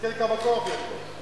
תסתכל כמה כוח יש לו.